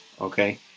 Okay